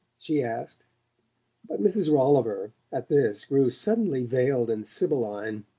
she asked but mrs. rolliver, at this, grew suddenly veiled and sibylline.